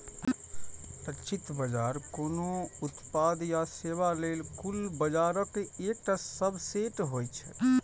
लक्षित बाजार कोनो उत्पाद या सेवा लेल कुल बाजारक एकटा सबसेट होइ छै